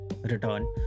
return